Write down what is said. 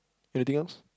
anything else